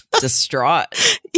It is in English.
distraught